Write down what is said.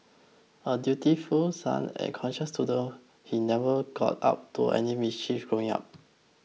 a dutiful son and conscientious student he never got up to any mischief growing up